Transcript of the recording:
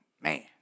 man